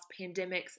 pandemics